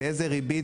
באיזו ריבית,